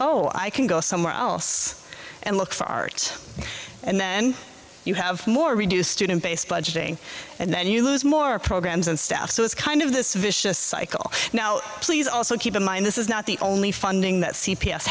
oh i can go somewhere else and look for art and then you have more reduced student based budgeting and then you lose more programs and stuff so it's kind of this vicious cycle now please also keep in mind this is not the only funding that c